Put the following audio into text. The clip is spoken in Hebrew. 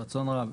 ברצון רב.